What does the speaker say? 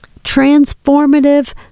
transformative